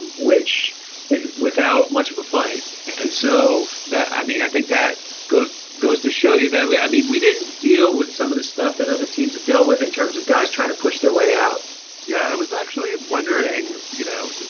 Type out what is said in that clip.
and which without much of a fight and so that i mean, i think that goes goes to show you that we i mean, we didn't deal with some of the stuff that other teams have dealt with in terms of guys trying to push their way out yeah. i was actually wondering, you know,